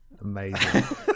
amazing